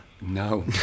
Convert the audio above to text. No